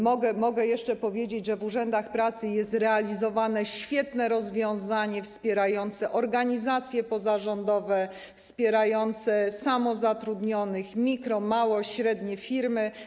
Mogę jeszcze powiedzieć, że w urzędach pracy jest realizowane świetne rozwiązanie wspierające organizacje pozarządowe, wspierające samozatrudnionych, mikro-, małe, średnie firmy.